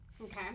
Okay